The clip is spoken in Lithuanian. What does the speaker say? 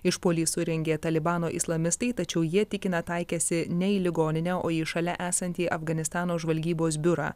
išpuolį surengė talibano islamistai tačiau jie tikina taikęsi ne į ligoninę o į šalia esantį afganistano žvalgybos biurą